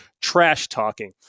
trash-talking